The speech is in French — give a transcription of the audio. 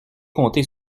compter